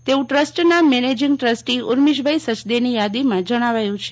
તેવું ટ્રસ્ટના managing trustee Urmishbhai સચદેની યાદીમાં જણાવાયું છે